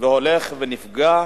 הולך ונפגע.